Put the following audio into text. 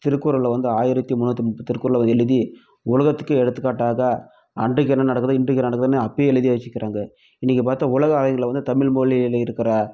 திருக்குறள்ல வந்து ஆயிரத்தி முந்நூற்றி முப்பது திருக்குறளை எழுதி உலகத்துக்கே எடுத்துக்காட்டாக அன்றைக்கு என்ன நடக்குது இன்றைக்கு நடக்குதுன்னு அப்பவே எழுதி வச்சிக்குறாங்கள் இன்றைக்கி பார்த்தா உலக அளவில் வந்து தமிழ்மொழியில் இருக்கிற